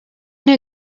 new